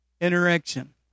interaction